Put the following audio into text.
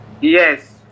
yes